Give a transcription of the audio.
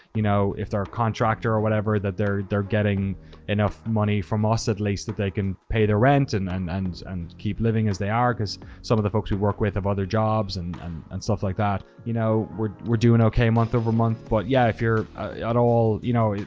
you know, if they're a contractor or whatever, that they're they're getting enough money from us at least that they can pay their rent and and and and keep living as they are. because some of the folks we work with have other jobs and um and stuff like that. you know, we're, we're doing okay month over month. but yeah, if you're at all, you know,